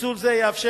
פיצול זה יאפשר